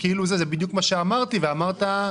זה בדיוק מה שאמרתי, ואמרת,